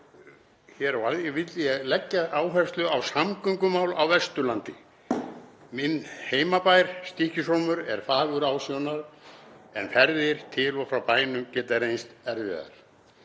hér á Alþingi vil ég leggja áherslu á samgöngumál á Vesturlandi. Minn heimabær Stykkishólmur er fagur ásýndar en ferðir til og frá bænum geta reynst erfiðar.